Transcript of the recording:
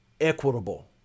equitable